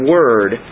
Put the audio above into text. Word